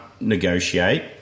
negotiate